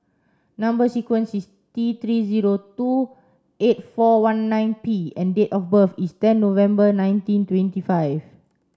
number sequence is T three zero two eight four one nine P and date of birth is ten November nineteen twenty five